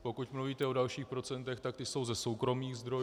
Pokud mluvíte o dalších procentech, tak ta jsou ze soukromých zdrojů.